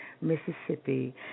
Mississippi